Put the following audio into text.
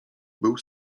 był